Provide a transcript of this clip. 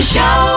Show